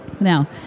Now